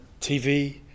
TV